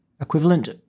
equivalent